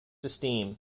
esteem